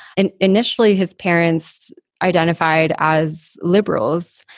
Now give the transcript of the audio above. and initially his parents identified as liberals,